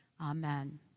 Amen